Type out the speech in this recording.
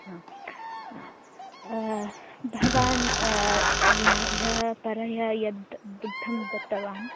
हा भवान् ह्यः ह्यः परह्यः यद् दुग्धं दत्तवान्